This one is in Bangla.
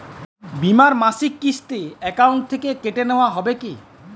বিমার মাসিক কিস্তি অ্যাকাউন্ট থেকে কেটে নেওয়া হবে কি?